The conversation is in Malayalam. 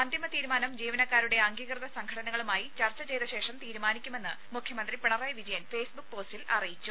അന്തിമ തീരുമാനം ജീവനക്കാരുടെ അംഗീകൃത സംഘടനകളുമായി ചർച്ച ചെയ്ത ശേഷം തീരുമാനിക്കുമെന്ന് മുഖ്യമന്ത്രി പിണറായി വിജയൻ ഫേസ്ബുക്ക് പോസ്റ്റിൽ അറിയിച്ചു